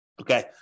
Okay